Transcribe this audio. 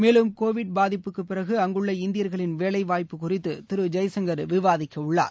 மேலும் கோவிட் பாதிப்புக்கு பிறகு அங்குள்ள இந்தியர்களின் வேலை வாய்ப்பு குறித்து திரு ஜெய்சங்கர் விவாதிக்கவுள்ளார்